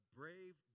brave